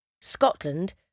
Scotland